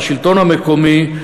לשלטון המקומי,